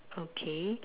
okay